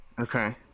Okay